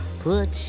put